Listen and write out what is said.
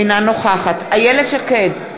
אינה נוכחת איילת שקד,